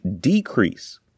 decrease